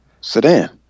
sedan